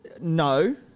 No